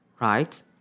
right